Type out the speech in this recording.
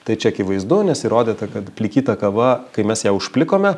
tai čia akivaizdu nes įrodyta kad plikyta kava kai mes ją užplikome